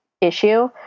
issue